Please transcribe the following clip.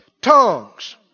Tongues